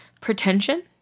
pretension